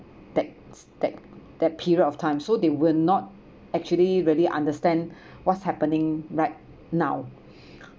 that that that period of time so they will not actually really understand what's happening right now